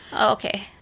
Okay